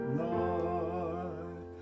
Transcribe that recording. night